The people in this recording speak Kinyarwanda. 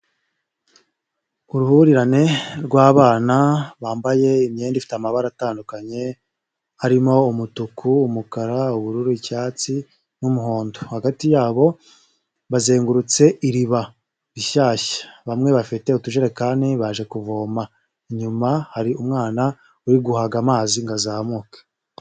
Uruhurirane rw'abana bambaye imyenda ifite amabara atandukanye, harimo umutuku, umukara, ubururu, icyatsi n'umuhondo. Hagati yabo bazengurutse iriba rishyashya, bamwe bafite utujerekani baje kuvoma, inyuma hari umwana uriguhaga amazi ngo azamuke.